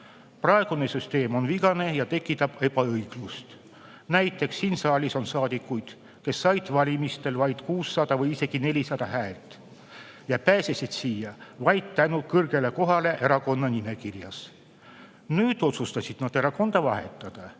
Praegune süsteem on vigane ja tekitab ebaõiglust. Näiteks, siin saalis on saadikuid, kes said valimistel vaid 600 või isegi 400 häält ja pääsesid siia vaid tänu kõrgele kohale erakonna nimekirjas. Nüüd otsustasid nad erakonda vahetada,